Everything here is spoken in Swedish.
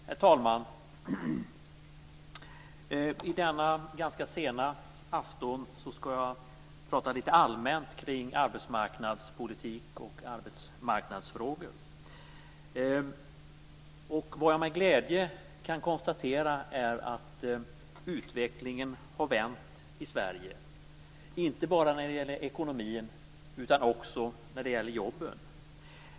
Herr talman! I denna ganska sena afton skall jag prata litet allmänt kring arbetsmarknadspolitik och arbetsmarknadsfrågor. Jag kan med glädje konstatera att utvecklingen har vänt i Sverige, inte bara när det gäller ekonomin utan också jobben.